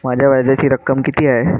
माझ्या व्याजाची रक्कम किती आहे?